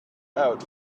out